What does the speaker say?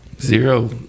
zero